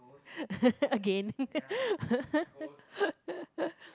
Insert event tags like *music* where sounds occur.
*laughs* again *laughs*